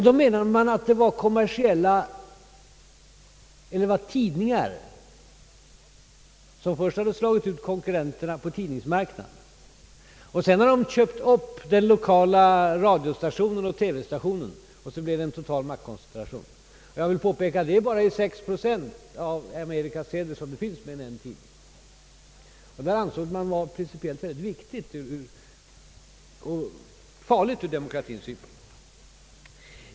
Då menade man att det var tidningar som först hade slagit ut konkurrenterna på tidningsmarknaden och sedan hade köpt upp den lokala radioeller TV-stationen; sedan blev det en total maktkoncentration. Jag vill påpeka att det bara är i 6 procent av Amerikas städer som det finns mer än en tidning. Detta ansåg man vara farligt ur demokratiens synpunkt.